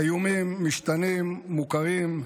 האיומים משתנים, מוכרים,